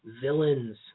villains